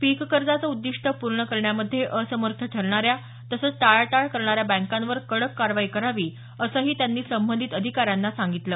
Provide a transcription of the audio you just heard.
पीककर्जाचं उद्दिष्ट पूर्ण करण्यामध्ये असमर्थ ठरणाऱ्या तसंच टाळाटाळ करणाऱ्या बँकांवर कडक कारवाई करावी असंही त्यांनी संबंधित अधिकाऱ्यांना सांगितलं